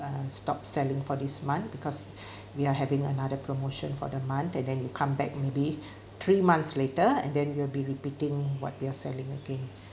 uh stopped selling for this month because we are having another promotion for the month and then you come back maybe three months later and then you'll be repeating what they're selling again